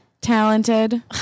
Talented